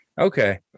Okay